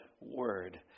word